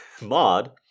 mod